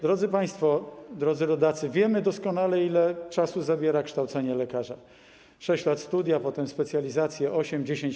Drodzy państwo, drodzy rodacy, wiemy doskonale, ile czasu zabiera kształcenie lekarza: 6 lat - studia, potem 8–10 lat - specjalizacje.